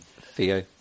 Theo